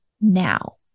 now